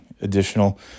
additional